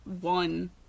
one